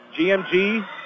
GMG